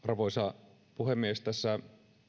arvoisa puhemies tässä